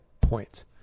point